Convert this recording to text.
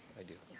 i do.